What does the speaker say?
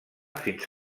fins